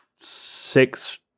six